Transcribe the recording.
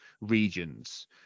regions